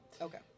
Okay